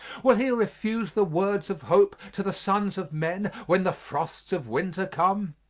will he refuse the words of hope to the sons of men when the frosts of winter come?